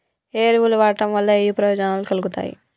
ఏ ఎరువులు వాడటం వల్ల ఏయే ప్రయోజనాలు కలుగుతయి?